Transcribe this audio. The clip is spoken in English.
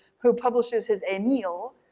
who publishes his emile,